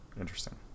Interesting